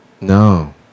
No